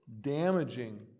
damaging